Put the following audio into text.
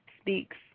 Speaks